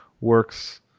works